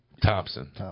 Thompson